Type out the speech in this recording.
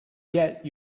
get